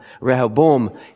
Rehoboam